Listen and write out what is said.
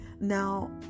Now